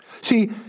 See